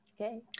Okay